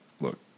look